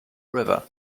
river